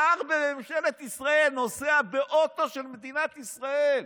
שר בממשלת ישראל נוסע באוטו של מדינת ישראל,